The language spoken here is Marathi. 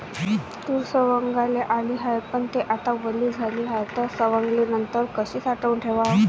तूर सवंगाले आली हाये, पन थे आता वली झाली हाये, त सवंगनीनंतर कशी साठवून ठेवाव?